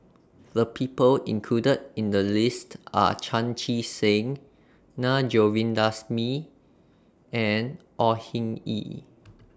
The People included in The list Are Chan Chee Seng Na Govindasamy and Au Hing Yee